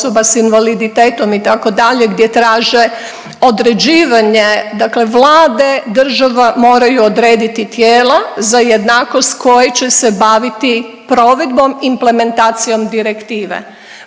osoba sa invaliditetom itd. gdje traže određivanje, dakle Vlade država moraju odrediti tijela za jednakost koji će se baviti provedbom implementacijom direktive.